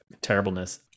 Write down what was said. terribleness